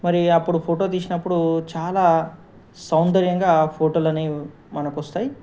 మరి అప్పుడు ఫోటో తీసినప్పుడు చాలా సౌందర్యంగా ఫోటోలు అనేవి మనకొస్తాయి